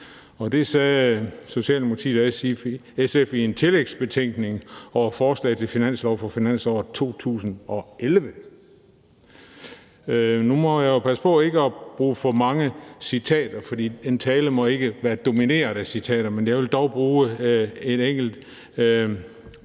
Det sagde Socialdemokratiet og SF i en tillægsbetænkning over forslag til finanslov for finansåret 2011. Nu må jeg jo passe på ikke at bruge for mange citater, fordi en tale ikke må være domineret af citater, men jeg vil dog bruge et enkelt